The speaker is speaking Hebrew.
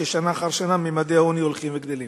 ששנה אחר שנה ממדי העוני הולכים וגדלים?